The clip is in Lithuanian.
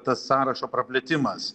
tas sąrašo praplėtimas